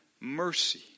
mercy